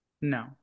No